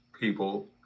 people